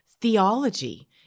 theology